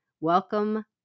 Welcome